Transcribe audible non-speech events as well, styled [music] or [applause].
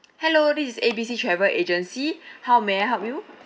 hello this is A B C travel agency [breath] how may I help you